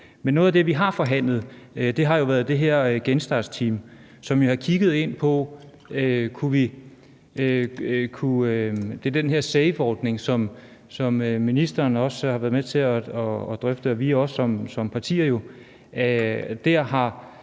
noget af det, vi har forhandlet, har jo været de her genstartsteams, hvor vi har kigget på den her SAVE-ordning, som ministeren også har været med til at drøfte,